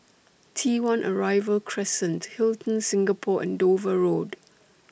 T one Arrival Crescent Hilton Singapore and Dover Road